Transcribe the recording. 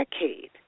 decade